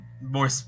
more